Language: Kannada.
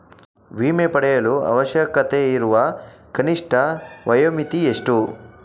ವಿಮೆ ಪಡೆಯಲು ಅವಶ್ಯಕತೆಯಿರುವ ಕನಿಷ್ಠ ವಯೋಮಿತಿ ಎಷ್ಟು?